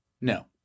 No